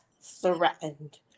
threatened